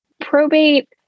Probate